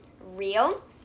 real